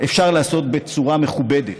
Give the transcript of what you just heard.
אפשר לעשות בצורה מכובדת,